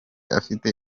afite